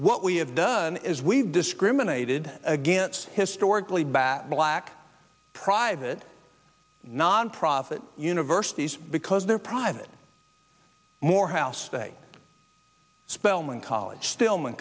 what we have done is we've discriminated against historically bad black private nonprofit universities because they're private morehouse spelman college still